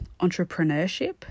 entrepreneurship